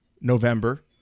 November